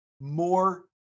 more